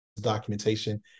documentation